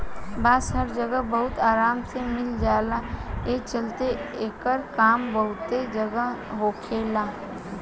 बांस हर जगह बहुत आराम से मिल जाला, ए चलते एकर काम बहुते जगह होखेला